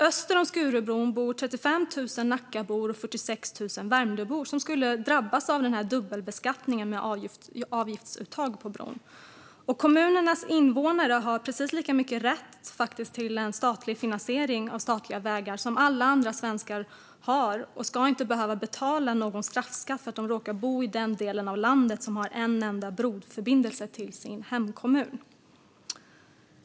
Öster om Skurubron bor 35 000 Nackabor och 46 000 Värmdöbor som skulle drabbas av dubbelbeskattningen med avgiftsuttag på bron. Kommunernas invånare har precis lika mycket rätt till en statlig finansiering av statliga vägar som alla andra svenskar har och ska inte behöva betala någon straffskatt för att de råkar bo i den delen av landet som har en enda broförbindelse till sin hemkommun.